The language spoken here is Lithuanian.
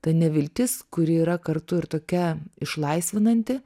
ta neviltis kuri yra kartu ir tokia išlaisvinanti